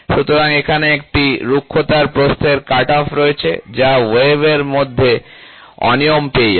সুতরাং এখানে একটি রুক্ষতার প্রস্থের কাট অফ রয়েছে যা ওয়েভ এর মধ্যে অনিয়ম পেয়ে যাবে